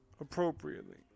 appropriately